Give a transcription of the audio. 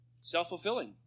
self-fulfilling